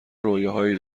رویاهایی